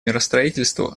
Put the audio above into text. миростроительству